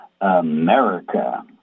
America